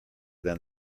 than